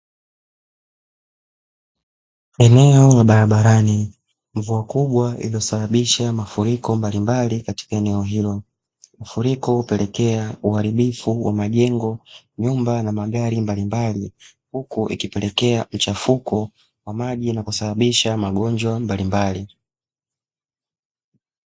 Eneo la barabarani. Mvua kubwa iliyosababisha mafuriko mbalimbali katika eneo hilo, mafuriko hupelekea uharibifu wa majengo, nyumba na magari mbalimbali, huku ikipelekea mchafuko wa maji na kusababisha magonjwa mbalimbali.